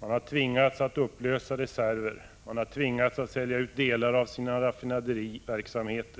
Företaget har tvingats upplösa reserver och tvingats sälja ut delar av sin raffinaderiverksamhet.